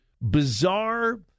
bizarre